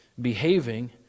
behaving